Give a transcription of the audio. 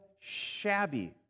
shabby